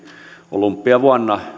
olympiavuonna